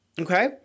Okay